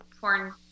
porn